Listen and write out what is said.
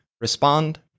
respond